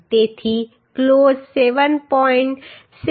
તેથી ક્લોઝ 7